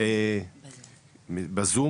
קודם כל,